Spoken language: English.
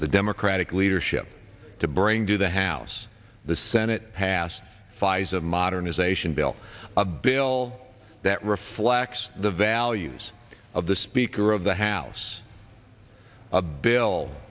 the democratic leadership to bring to the house the senate passed fison modernization bill a bill that reflects the values of the speaker of the house a bill